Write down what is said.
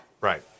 Right